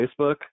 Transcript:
Facebook